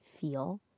feel